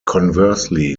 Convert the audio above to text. conversely